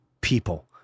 people